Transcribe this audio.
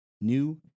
New